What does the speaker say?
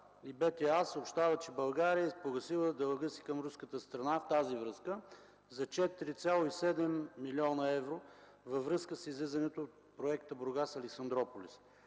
и БТА съобщава, че България е погасила дълга си към руската страна за 4,7 млн. евро, във връзка с излизането от проекта „Бургас-Александруполис”.